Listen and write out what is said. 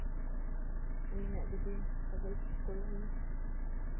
ᱩᱱᱤᱭᱟᱜ ᱡᱩᱫᱤ ᱠᱟᱜᱚᱡᱽ ᱠᱚᱞᱚᱢ